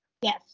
Yes